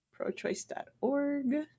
Prochoice.org